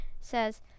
says